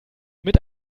mit